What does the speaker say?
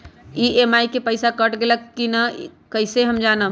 EMI के पईसा कट गेलक कि ना कइसे हम जानब?